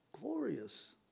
Glorious